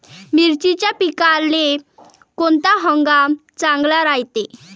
मिर्चीच्या पिकाले कोनता हंगाम चांगला रायते?